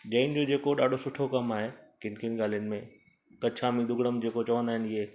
जैन जो जेको ॾाढो सुठो कम आहे किन किन ॻाल्हियुनि में गच्छामी दुग्ड़म जेको चवंदा आहिनि इहे